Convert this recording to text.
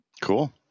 Cool